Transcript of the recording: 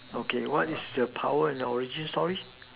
okay what is your power and origin story